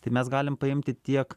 tai mes galim paimti tiek